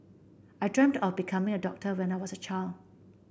I dreamt of becoming a doctor when I was a child